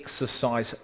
exercise